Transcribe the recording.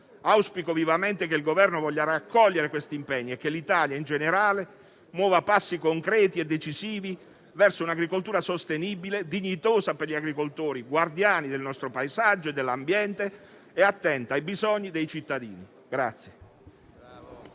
Auspico vivamente che il Governo voglia raccogliere tali impegni e che l'Italia in generale muova passi concreti e decisivi verso un'agricoltura sostenibile, dignitosa per gli agricoltori - guardiani del nostro paesaggio e dell'ambiente - e attenta ai bisogni dei cittadini.